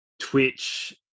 Twitch